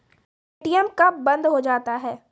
ATM कब बंद हो जाता हैं?